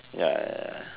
ya